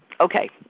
Okay